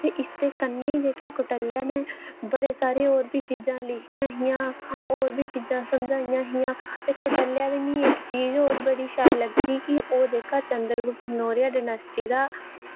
ते इसदे कन्नै जेह्का कोटल्या नै बड़े सारे होर बी चीजां लिखियां हियां होर बी चीजां समझाइयां हियां ते कोटल्या दी मी इक चीज होर बड़ी शैल लगदी कि ओह् जेह्का चंदरगुप्त मौर्य डायनेस्टी दा